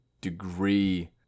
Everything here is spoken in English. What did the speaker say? degree